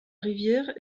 rivière